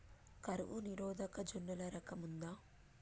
కరువు నిరోధక జొన్నల రకం ఉందా?